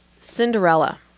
Cinderella